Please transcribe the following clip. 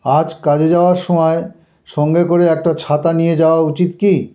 আজ কাজে যাওয়ার সমায় সঙ্গে করে একটা ছাতা নিয়ে যাওয়া উচিত কি